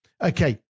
okay